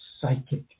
psychic